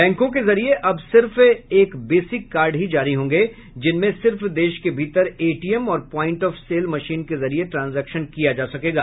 बैंकों के जरिए अब सिर्फ एक बेसिक कार्ड ही जारी होंगे जिनमें सिर्फ देश के भीतर एटीएम और प्वाइंट ऑफ सेल मशीन के जरिए ट्रांजेक्शन किया जा सकेगा